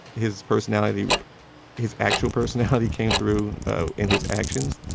his personality his actual personality came through in his actions,